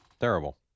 Terrible